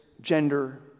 gender